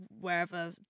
wherever